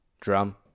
drum